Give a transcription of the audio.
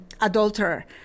adulterer